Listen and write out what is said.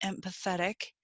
empathetic